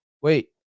wait